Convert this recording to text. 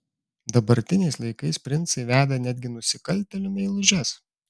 dabartiniais laikais princai veda netgi nusikaltėlių meilužes